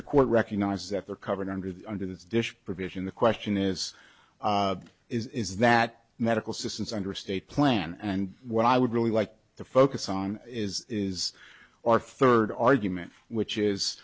record recognizes that they're covered under the under the dish provision the question is is that medical systems under a state plan and what i would really like to focus on is is our third argument which is